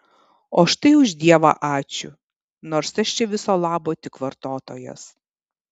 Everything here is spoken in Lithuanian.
o štai už dievą ačiū nors aš čia viso labo tik vartotojas